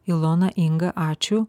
ilona inga ačiū